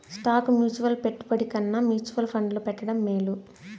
stock mutual పెట్టుబడి కన్నా mutual ఫండ్లో పెట్టడం మేలు